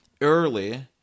early